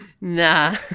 Nah